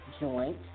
joint